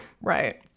right